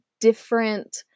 different